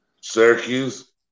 Syracuse